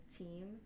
team